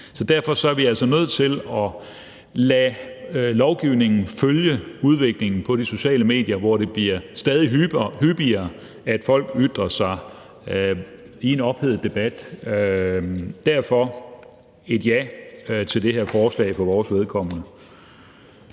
Så derfor er vi altså nødt til at lade lovgivningen følge udviklingen på de sociale medier, hvor det bliver stadig hyppigere at folk ytrer sig i en ophedet debat. Derfor et ja til det her forslag for vores vedkommende.